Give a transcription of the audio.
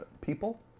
people